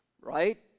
right